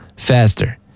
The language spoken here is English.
faster